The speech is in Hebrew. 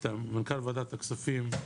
את מנכ"ל ועדת הכספים,